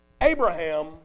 Abraham